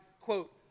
quote